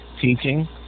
teaching